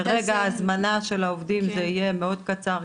מרגע ההזמנה של העובדים זה יהיה מאוד קצר,